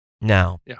Now